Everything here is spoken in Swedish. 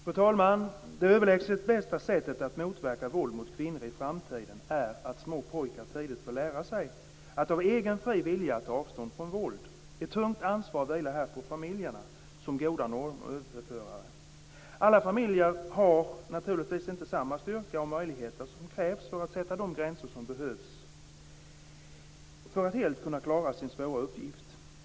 Fru talman! Det överlägset bästa sättet att motverka våld mot kvinnor i framtiden är att små pojkar tidigt får lära sig att av egen fri vilja ta avstånd från våld. Ett tungt ansvar vilar här på familjerna som goda normöverförare. Alla familjer har naturligtvis inte samma styrka eller de möjligheter som krävs för att sätta de gränser som behövs och för att helt kunna klara sin svåra uppgift.